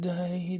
Day